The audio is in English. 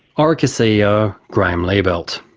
orica ceo, graeme liebelt.